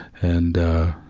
and ah,